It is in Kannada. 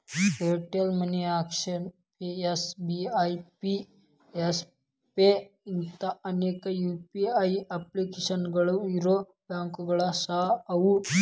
Airtel money Axis pay SBI pay Yes pay ಇಂಥಾ ಅನೇಕ ಯು.ಪಿ.ಐ ಅಪ್ಲಿಕೇಶನ್ಗಳು ಇರೊ ಬ್ಯಾಂಕುಗಳು ಸಹ ಅವ